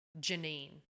Janine